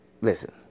Listen